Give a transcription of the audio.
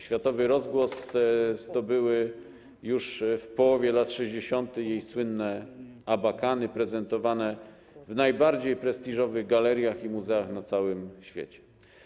Światowy rozgłos zdobyły już w połowie lat 60. jej słynne abakany, prezentowane w najbardziej prestiżowych galeriach i muzeach na całym świecie.